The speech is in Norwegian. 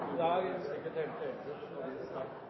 Da hopper vi